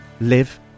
live